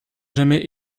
jamais